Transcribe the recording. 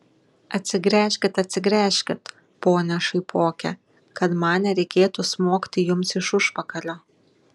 atsigręžkit atsigręžkit pone šaipoke kad man nereikėtų smogti jums iš užpakalio